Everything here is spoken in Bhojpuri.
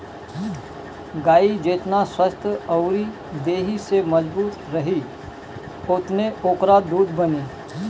गाई जेतना स्वस्थ्य अउरी देहि से मजबूत रही ओतने ओकरा दूध बनी